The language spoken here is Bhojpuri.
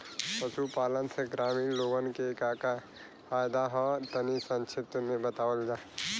पशुपालन से ग्रामीण लोगन के का का फायदा ह तनि संक्षिप्त में बतावल जा?